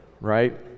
right